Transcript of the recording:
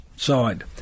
Side